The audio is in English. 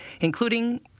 including